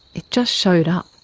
it just showed up.